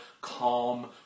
calm